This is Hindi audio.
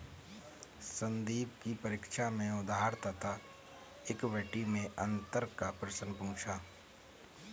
संदीप की परीक्षा में उधार तथा इक्विटी मैं अंतर का प्रश्न पूछा